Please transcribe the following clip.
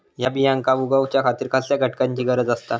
हया बियांक उगौच्या खातिर कसल्या घटकांची गरज आसता?